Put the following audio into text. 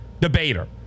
debater